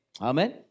Amen